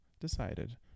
decided